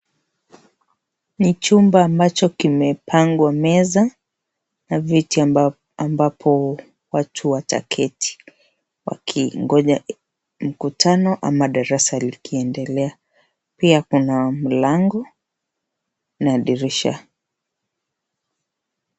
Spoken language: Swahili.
Ni chumba ambacho kimepangwa meza na viti ambapo watu wataketi wakingoja mkutano ama darasa liki endelea pia kuna mlango na dirisha.